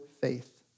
faith